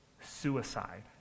suicide